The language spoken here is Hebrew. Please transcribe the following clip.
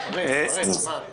פרסם מכרז